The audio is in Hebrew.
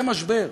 זה משבר,